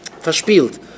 verspielt